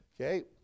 Okay